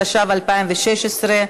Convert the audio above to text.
התשע"ו 2016,